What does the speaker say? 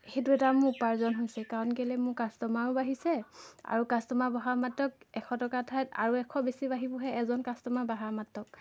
সেইটো এটা মোৰ উপাৰ্জন হৈছে কাৰণ কেলৈ মোৰ কাষ্টমাৰো বাঢ়িছে আৰু কাষ্টমাৰ বঢ়া মাত্ৰক এশ টকা ঠাইত আৰু এশ বেছি বাঢ়ি বঢ়িবহে এজন কাষ্টমাৰ বঢ়াৰ মাত্ৰক